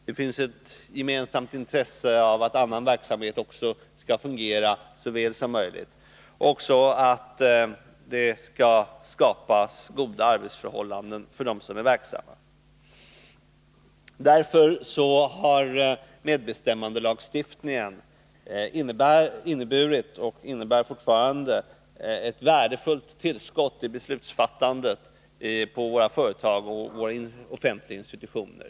Det finns ett gemensamt intresse av att annan verksamhet också skall fungera så väl som möjligt liksom att det skall skapas goda arbetsförhållanden för dem som är verksamma. Därför har medbestämmandelagstiftningen inneburit och innebär fortfarande ett värdefullt tillskott i beslutsfattandet på våra företag och våra offentliga institutioner.